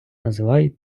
називають